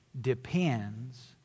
Depends